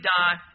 die